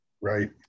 Right